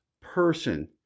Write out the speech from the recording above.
person